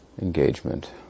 engagement